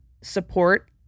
support